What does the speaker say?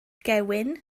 gewyn